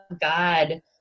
God